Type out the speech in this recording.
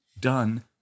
done